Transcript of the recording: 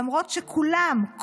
למרות שכולם,